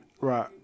Right